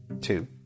two